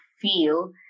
feel